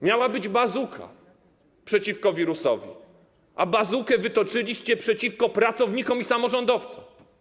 Miała być bazooka przeciwko wirusowi, a bazookę wytoczyliście przeciwko pracownikom i samorządowcom.